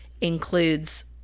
includes